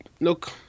look